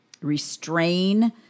restrain